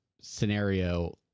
scenario